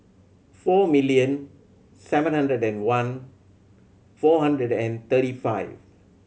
four million seven hundred and one four hundred and thirty five